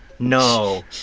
No